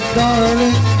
darling